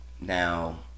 Now